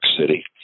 City